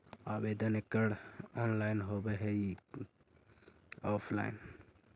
आवेदन एकड़ ऑनलाइन होव हइ की ऑफलाइन?